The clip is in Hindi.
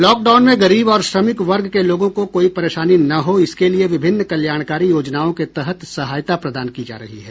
लॉकडाउन में गरीब और श्रमिक वर्ग के लोगों को कोई परेशानी न हो इसके लिए विभिन्न कल्याणकारी योजनाओं के तहत सहायता प्रदान की जा रही है